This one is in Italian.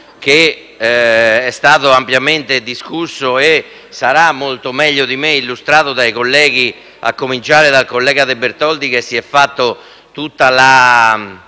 che è stato ampiamente discusso e sarà molto meglio di me illustrato dai colleghi, a cominciare dal collega De Bertoldi che ha seguito tutta la